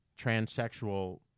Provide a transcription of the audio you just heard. transsexual